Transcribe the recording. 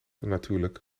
natuurlijk